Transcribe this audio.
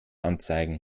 anzeigen